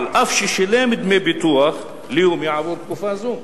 אף ששילם דמי ביטוח לאומי עבור תקופה זו.